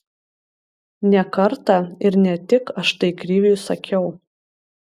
ne kartą ir ne tik aš tai kriviui sakiau